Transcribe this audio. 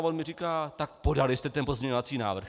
On říká: Podali jste ten pozměňovací návrh?